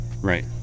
Right